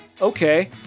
Okay